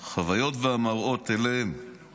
החוויות והמראות שאליהם